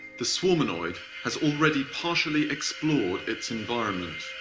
the swarmanoid has already partially explored its environment.